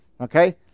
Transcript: okay